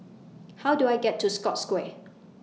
How Do I get to Scotts Square